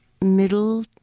middle